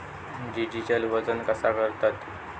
Digital वजन कसा करतत?